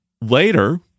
Later